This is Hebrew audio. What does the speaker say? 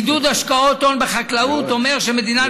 עידוד השקעות הון בחקלאות אומר שמדינת